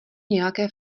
nějaké